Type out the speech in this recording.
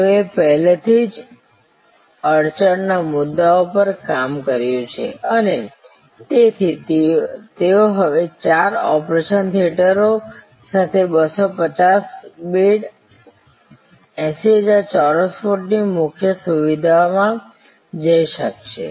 તેઓએ પહેલાથી જ અડચણ ના મુદ્દાઓ પર કામ કર્યું છે અને તેથી તેઓ હવે ચાર ઓપરેશન થિયેટરો સાથે 250 બેડ 80000 ચોરસ ફૂટની મુખ્ય સુવિધામાં જઈ શકશે